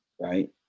right